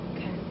Okay